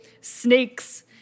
snakes